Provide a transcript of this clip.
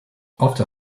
after